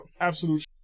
Absolute